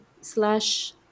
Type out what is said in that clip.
slash